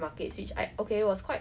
then I'm someone who